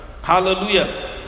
hallelujah